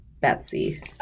betsy